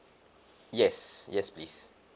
yes yes please